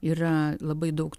yra labai daug